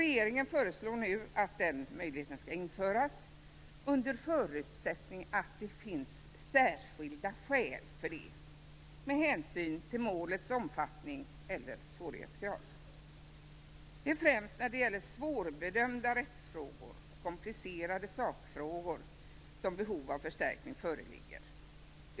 Regeringen föreslår nu att den möjligheten skall införas, under förutsättning att det finns särskilda skäl för det, med hänsyn till målets omfattning eller svårighetsgrad. Det är främst när det gäller svårbedömda rättsfrågor och komplicerade sakfrågor som behov av förstärkning föreligger.